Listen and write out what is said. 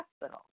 hospital